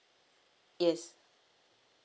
yes